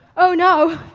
oh no!